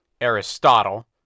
Aristotle